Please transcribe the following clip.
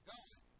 God